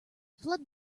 flood